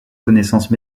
connaissance